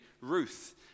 Ruth